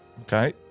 Okay